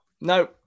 no